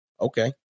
Okay